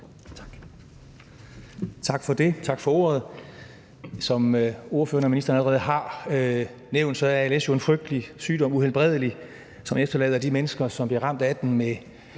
Vinther (RV): Tak for ordet. Som ordførerne og ministeren allerede har nævnt, er als jo en frygtelig uhelbredelig sygdom, som efterlader de mennesker, som bliver ramt af den, med